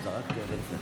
תודה רבה.